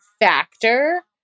factor